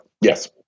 yes